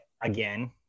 again